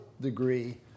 degree